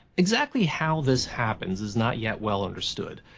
exactly how this happens is not yet well understood,